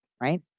right